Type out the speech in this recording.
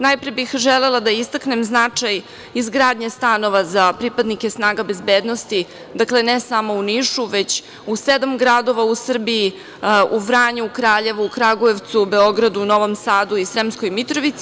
Najpre bih želela da istaknem značaj izgradnje stanova za pripadnike snaga bezbednosti, ne samo u Nišu, već u sedam gradova u Srbiji - Vranju, Kraljevu, Kragujevcu, Beogradu, Novom Sadu i Sremskoj Mitrovici.